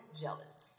jealous